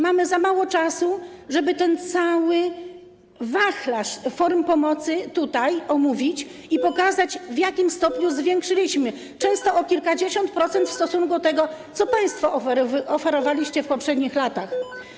Mamy za mało czasu, żeby ten cały wachlarz form pomocy tutaj omówić i pokazać, w jakim stopniu to zwiększyliśmy, często o kilkadziesiąt procent w stosunku do tego, co państwo oferowaliście w poprzednich latach.